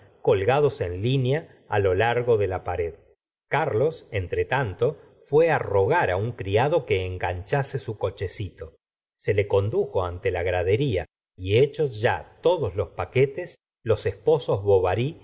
colgados en línea lo largo de la pared carlos entre tanto fué á rogar á un criado que enganchase su cochecito se le condujo ante la gradería y hechos ya todos los paquetes los esposos